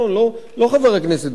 לא חבר הכנסת דב חנין,